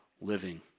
living